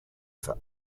for